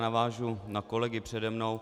Navážu na kolegy přede mnou.